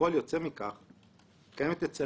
אנו